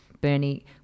Bernie